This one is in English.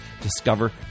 discover